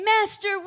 master